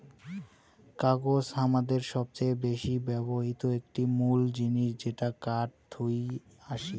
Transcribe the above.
কাগজ হামাদের সবচেয়ে বেশি ব্যবহৃত একটি মুল জিনিস যেটা কাঠ থুই আসি